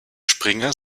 springer